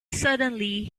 suddenly